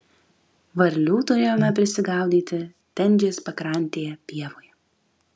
varlių turėjome prisigaudyti tenžės pakrantėje pievoje